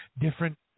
different